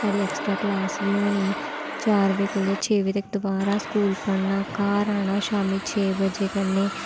साढ़ी extra class बी होनी चार बजे कोला लेइयै छे बजे तक दबारा स्कूल पढ़ना घर आना शाम्मी छे बजे कन्नै